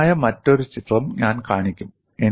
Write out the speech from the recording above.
രസകരമായ മറ്റൊരു ചിത്രം ഞാൻ കാണിക്കും